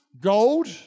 Gold